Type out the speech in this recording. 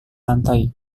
lantai